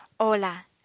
Hola